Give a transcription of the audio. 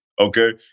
Okay